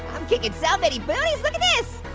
i'm kickin' so many booties, look at this.